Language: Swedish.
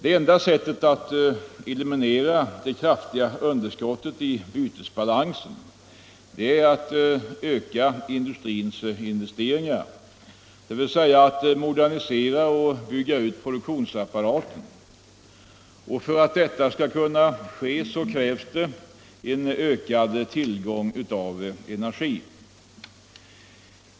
Enda sättet att eliminera det kraftiga underskottet i bytesbalansen är att öka industrins investeringar, dvs. att modernisera och bygga ut produktionsapparaten. För att detta skall kunna ske krävs en ökad tillgång på energi.